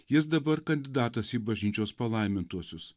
jis dabar kandidatas į bažnyčios palaimintuosius